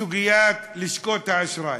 שהיא מפחידה אותי, היא סוגיית לשכות האשראי.